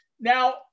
Now